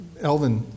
Elvin